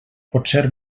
potser